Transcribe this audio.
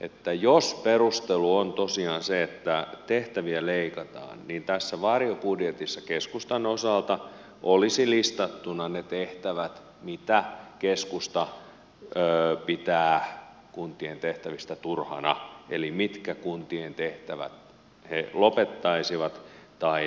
että jos perustelu on tosiaan se että tehtäviä leikataan niin tässä varjobudjetissa keskustan osalta olisivat listattuna ne tehtävät mitä keskusta pitää kuntien tehtävistä turhina eli mitkä kuntien tehtävät he lopettaisivat tai leikkaisivat